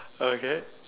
okay